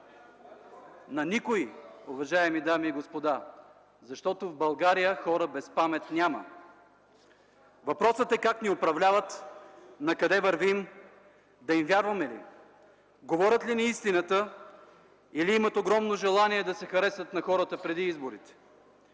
На никой, уважаеми дами и господа. Защото в България хора без памет няма. Въпросът е как ни управляват, накъде вървим. Да им вярваме ли? Говорят ли ни истината, или имат огромно желание да се харесат на хората преди изборите?